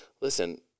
listen